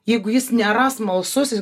jeigu jis nėra smalsus jis